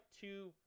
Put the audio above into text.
two